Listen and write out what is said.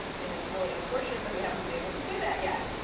and it's really unfortunate that we haven't been able to do that yet.